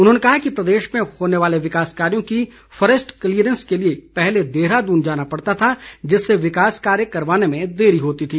उन्होंने कहा कि प्रदेश में होने वाले विकास कार्यों की फॉरेस्ट क्लीयरेंस के लिए पहले देहरादून जाना पड़ता था जिससे विकास कार्य करवाने में देरी होती थी